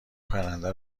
پرنده